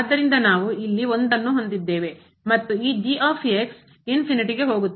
ಆದ್ದರಿಂದ ನಾವು ಇಲ್ಲಿ 1 ಅನ್ನು ಹೊಂದಿದ್ದೇವೆ ಮತ್ತು ಈ ಹೋಗುತ್ತದೆ